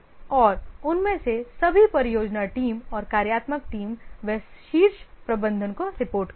और उनमें से सभी परियोजना टीम और कार्यात्मक टीम वे शीर्ष प्रबंधन को रिपोर्ट करते हैं